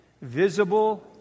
visible